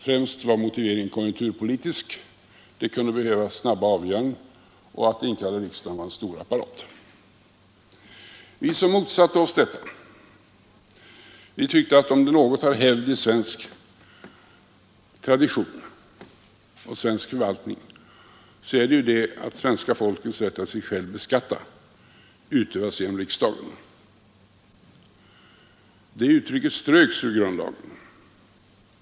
Främst var motiveringen konjunkturpolitisk: det kunde behövas snabba avgöranden och att inkalla riksdagen var en stor apparat. Vi som motsatte oss detta tyckte att om något har hävd i svensk förvaltning är det att svenska folkets rätt att sig självt beskatta utö genom riksdagen. Det uttrycket ströks ur grundlagen.